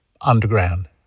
underground